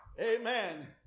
Amen